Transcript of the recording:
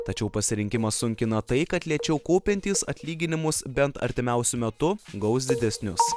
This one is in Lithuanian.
tačiau pasirinkimą sunkina tai kad lėčiau kaupiantys atlyginimus bent artimiausiu metu gaus didesnius